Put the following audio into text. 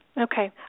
Okay